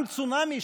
גם צונאמי,